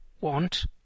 want